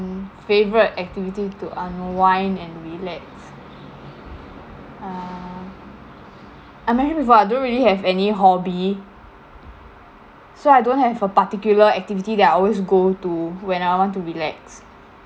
mm favorite activity to unwind and relax err I'm don't really have any hobby so I don't have a particular activity that I always go to when I want to relax